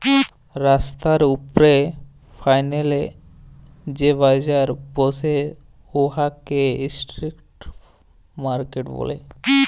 রাস্তার উপ্রে ফ্যাইলে যে বাজার ব্যসে উয়াকে ইস্ট্রিট মার্কেট ব্যলে